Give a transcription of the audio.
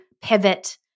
pivot